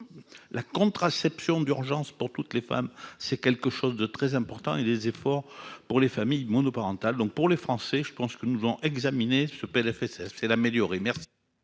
la contraception d'urgence pour toutes les femmes, c'est quelque chose de très important et les efforts pour les familles monoparentales, donc pour les français, je pense que nous devons examiner ce PLFSS améliorer merci.